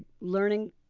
learning